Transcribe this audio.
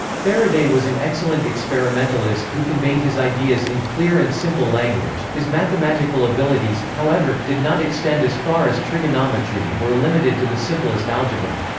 faraday was an excellent experimentalist who conveyed his ideas in clear and simple language his mathematical abilities, however, did not extend as far as trigonometry and were limited to the simplest algebra.